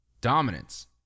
dominance